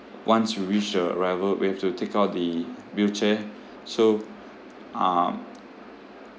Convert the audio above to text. once we reach the arrival we have to take out the wheelchair so um